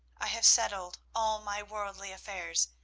i have settled all my worldly affairs,